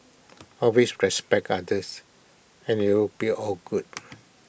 always respect others and IT will be all good